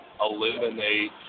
eliminate